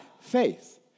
faith